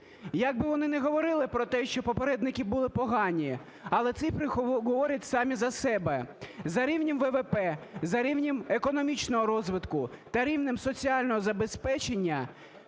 Як би вони не говорили про те, що попередники були погані, але цифри говорять самі за себе. За рівнем ВВП, за рівнем економічного розвитку та рівнем соціального забезпечення